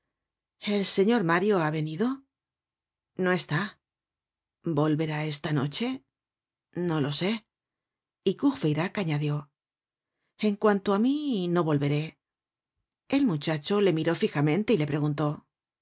el señor mario ha venido no está volverá esta noche no lo sé y courfeyrac añadió en cuanto á mí no volveré el muchacho le miró fijamente y le preguntó